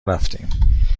رفتیم